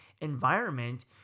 environment